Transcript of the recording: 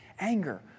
Anger